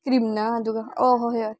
ꯀ꯭ꯔꯤꯝꯅ ꯑꯗꯨꯒ ꯑꯣ ꯍꯣꯏ ꯍꯣꯏ